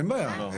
אין בעיה.